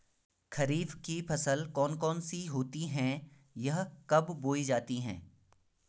खरीफ की फसल कौन कौन सी होती हैं यह कब बोई जाती हैं?